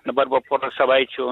dabar buvo pora savaičių